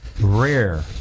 rare